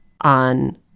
on